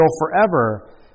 forever